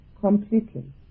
completely